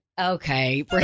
Okay